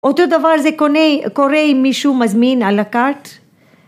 ‫אותו דבר זה קורה ‫עם מישהו מזמין על הקארט.